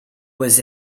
was